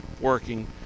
working